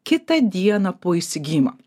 kitą dieną po įsigijimo